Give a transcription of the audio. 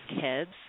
kids